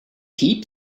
keep